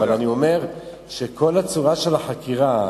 אבל אני אומר שכל הצורה של החקירה,